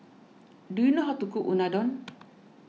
do you know how to cook Unadon